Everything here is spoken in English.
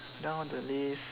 down the list